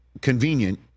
convenient